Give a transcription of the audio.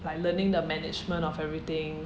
like learning the management of everything